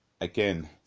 again